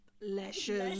lashes